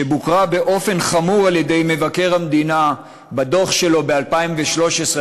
שבוקרה באופן חמור על-ידי מבקר המדינה בדוח שלו ב-2013,